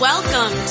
Welcome